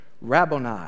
Rabboni